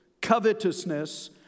covetousness